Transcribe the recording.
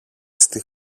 στη